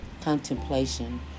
Contemplation